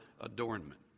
adornment